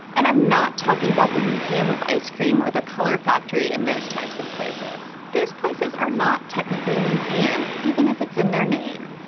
and i'm not talking about the museum of ice cream or the color factory and those types of places. those places are not technically museums, even if it's in their name,